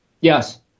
Yes